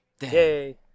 Yay